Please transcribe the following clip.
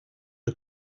are